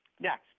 Next